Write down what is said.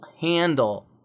handle